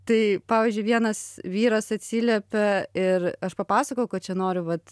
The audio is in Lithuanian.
tai pavyzdžiui vienas vyras atsiliepė ir aš papasakojau kad čia nori vat